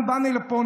אנחנו באנו לפה,